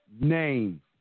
name